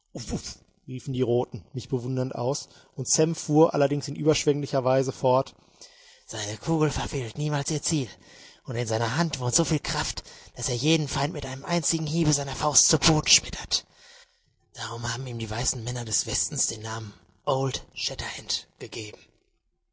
riefen die roten mich bewundernd aus und sam fuhr allerdings in überschwänglicher weise fort seine kugel verfehlt niemals ihr ziel und in seiner hand wohnt so viel kraft daß er jeden feind mit einem einzigen hiebe seiner faust zu boden schmettert darum haben ihm die weißen männer des westens den namen old shatterhand gegeben